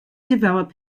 develop